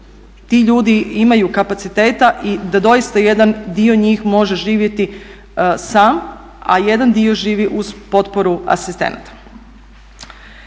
ti ljudi imaju kapaciteta da doista jedan dio njih može živjeti sam a jedan dio živi uz potporu asistenata.